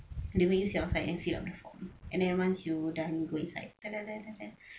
they make you sit outside and fill up the form and then once you done you go inside